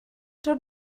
dod